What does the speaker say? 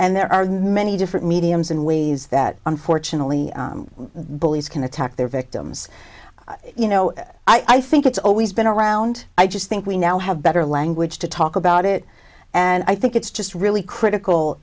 and there are many different mediums and ways that unfortunately bullies can attack their victims you know i think it's always been around i just think we now have better language to talk about it and i think it's just really critical